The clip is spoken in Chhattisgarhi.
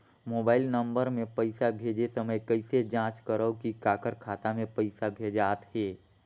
मोबाइल नम्बर मे पइसा भेजे समय कइसे जांच करव की काकर खाता मे पइसा भेजात हे?